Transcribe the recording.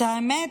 האמת,